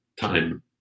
time